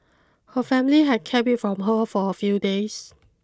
her family had kept it from her for a few days